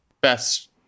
best